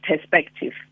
perspective